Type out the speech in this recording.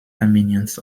armenians